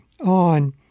on